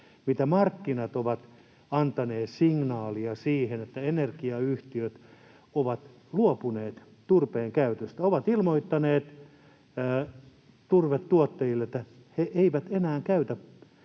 mitä markkinat ovat antaneet signaalia siihen, että energiayhtiöt ovat luopuneet turpeen käytöstä ja ilmoittaneet turvetuottajille, että he eivät enää käytä